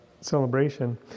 celebration